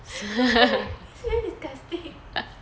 it's very disgusting